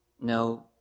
No